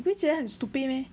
你不觉得很 stupid meh